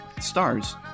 stars